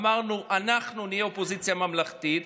אמרנו שאנחנו נהיה אופוזיציה ממלכתית,